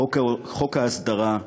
חוק ההסדרה,